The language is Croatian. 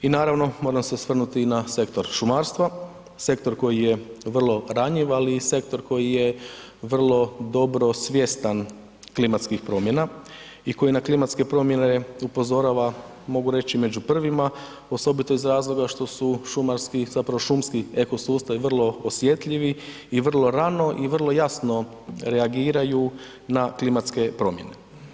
I naravno, moram se osvrnuti i na sektor šumarstva, sektor koji je vrlo ranjiv, ali i sektor koji je vrlo dobro svjestan klimatskih promjena i koji na klimatske promjene upozorava, mogu reći, među prvima, osobito iz razloga što su šumarski, zapravo šumski ekosustavi vrlo osjetljivi i vrlo rano i vrlo jasno reagiraju na klimatske promjene.